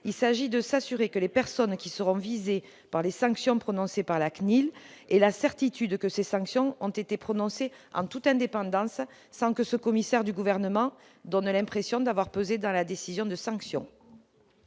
administrative. Les personnes visées par les sanctions prononcées par la CNIL doivent avoir la certitude que ces sanctions ont été prononcées en toute indépendance, sans que le commissaire du Gouvernement donne l'impression d'avoir pesé dans la décision de sanction.